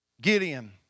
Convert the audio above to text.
Gideon